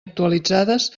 actualitzades